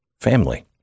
family